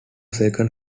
second